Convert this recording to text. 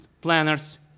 Planners